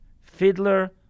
fiddler